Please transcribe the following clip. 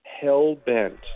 hell-bent